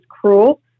cruel